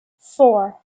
four